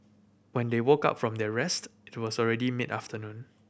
when they woke up from their rest it was already mid afternoon